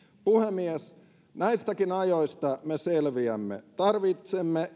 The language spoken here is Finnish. puhemies näistäkin ajoista me selviämme tarvitsemme